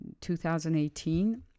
2018